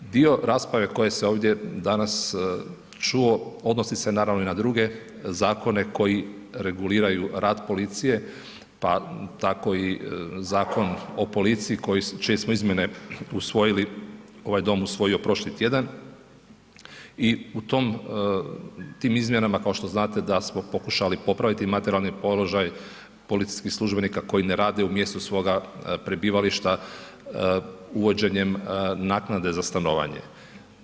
Dio rasprave koje se ovdje danas čuo odnosi se naravno i na druge zakone koji reguliraju rad policije, pa tako i Zakon o policiji čije smo izmjene usvojili, ovaj dom usvojio prošli tjedan i u tim izmjenama kao što znate da smo pokušali popraviti materijalni položaj policijskih službenika koji ne rade u mjestu svoga prebivališta uvođenjem naknade za stanovanje.